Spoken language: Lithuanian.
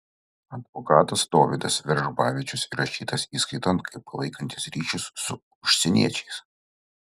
advokatas dovydas veržbavičius įrašytas įskaiton kaip palaikantis ryšius su užsieniečiais